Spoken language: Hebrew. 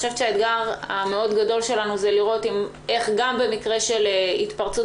האתגר הגדול מאוד שלנו הוא לראות איך גם במקרה של התפרצות